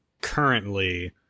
currently